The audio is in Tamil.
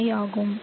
25 ஆகும்